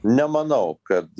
nemanau kad